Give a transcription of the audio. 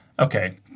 Okay